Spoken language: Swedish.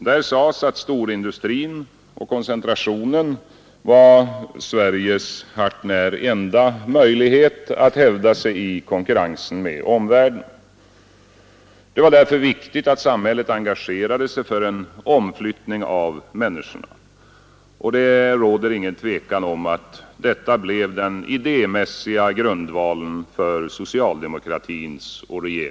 Där sades att storindustrin och koncentrationen var Sveriges hart när enda möjlighet att hävda sig i konkurrensen med omvärlden. Det var därför viktigt att samhället engagerade sig för omflyttning av människor. Det råder ingen tvekan om att detta blev den idémässiga grundvalen för socialdemokratins handlande.